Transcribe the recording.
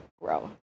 grow